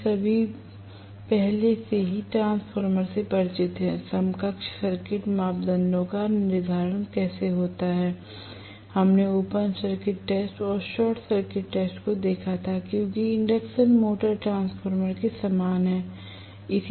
हम सभी पहले से ही ट्रांसफार्मर से परिचित हैं समकक्ष सर्किट मापदंडों का निर्धारण कैसे करें हमने ओपन सर्किट टेस्ट और शॉर्ट सर्किट टेस्ट देखा था क्योंकि इंडक्शन मोटर ट्रांसफार्मर के समान है